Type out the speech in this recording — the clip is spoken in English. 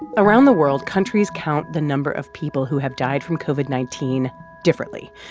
around the world, countries count the number of people who have died from covid nineteen differently.